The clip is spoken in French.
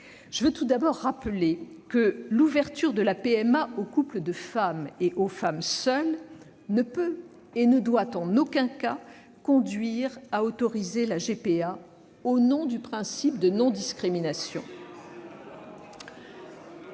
liminaire. D'abord, l'ouverture de la PMA aux couples de femmes et aux femmes seules ne peut ni ne doit en aucun cas conduire à autoriser la GPA au nom du principe de non-discrimination.